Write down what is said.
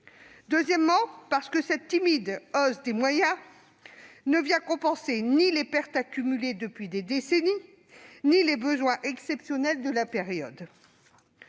Deuxièmement, cette timide hausse de moyens ne vient compenser ni les pertes accumulées depuis des décennies ni les besoins exceptionnels de la période.